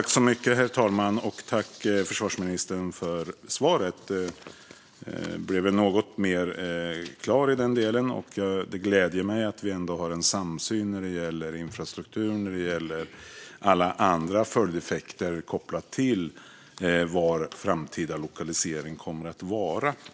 Herr talman! Jag tackar försvarsministern för svaret. Det blev något mer klart. Det gläder mig att vi ändå har en samsyn när det gäller infrastruktur och alla andra följdeffekter kopplat till var den framtida lokaliseringen kommer att vara.